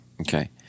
Okay